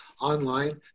online